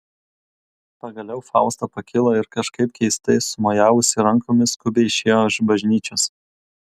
pagaliau fausta pakilo ir kažkaip keistai sumojavusi rankomis skubiai išėjo iš bažnyčios